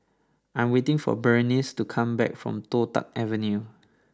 I am waiting for Berenice to come back from Toh Tuck Avenue